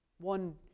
one